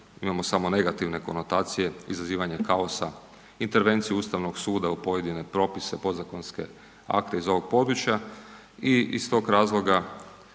imamo samo negativne konotacije, izazivanje kaosa, intervenciju Ustavnog suda u pojedine propise, podzakonske akte iz ovog područja i iz tog razloga